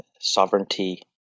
sovereignty